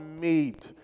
made